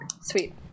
sweet